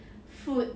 food